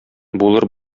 булыр